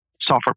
software